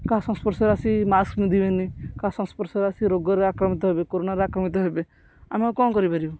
କାହା ସଂସ୍ପର୍ଶରେ ଆସି ମ ମାସ୍କ ପିନ୍ଧିବେନି କାହା ସଂସ୍ପର୍ଶରେ ଆସି ରୋଗର ଆକ୍ରମିତ ହେବେ କୋରୋନାର ଆକ୍ରମିତ ହେବେ ଆମେ ଆଉ କଣ କରିପାରିବୁ